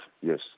yes